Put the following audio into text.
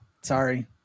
sorry